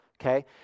Okay